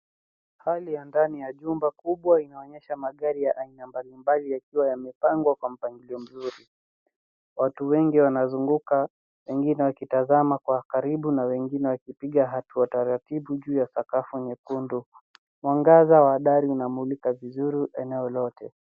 Hali ya ndani ya jumba kubwa inaonyesha magari ya aina mbalimbali yakiwa yamepangwa kwa mpangilio mzuri. Watu wengi wanazunguka wengine wakitazama kwa karibu na wengine wakipiga hatua taratibu juu ya sakafu nyekundu. Mwangaza wa dari unamulika vizuri eneo lote.